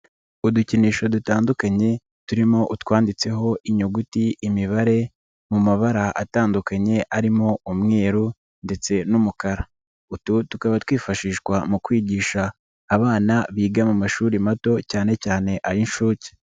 Udukinisho dutandukanye, turimo utwanditseho inyuguti, imibare mu mabara atandukanye arimo umweru ndetse n'umukara. Utu tukaba twifashishwa mu kwigisha abana biga mu mashuri mato cyane cyane ay'inshuke.